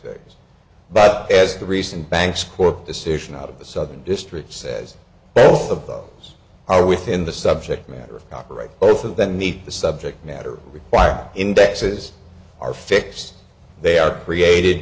states but as the recent banks court decision out of the southern district says both of those are within the subject matter operate over the need the subject matter requires indexes are fixed they are created